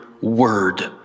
word